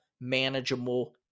manageable